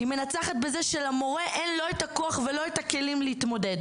היא מנצחת בזה שלמורה אין לא את הכוח ולא את הכלים להתמודד.